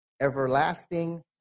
everlasting